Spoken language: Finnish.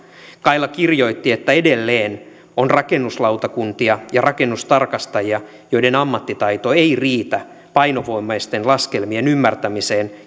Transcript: kaila kirjoitti että edelleen on rakennuslautakuntia ja rakennustarkastajia joiden ammattitaito ei riitä painovoimaisten laskelmien ymmärtämiseen